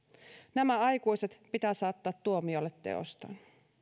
nämä aikuiset pitää saattaa tuomiolle teoistaan